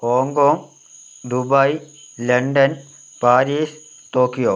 Hong Kong Dubai London Paris Tokyo